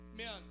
Amen